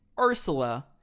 Ursula